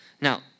Now